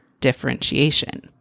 differentiation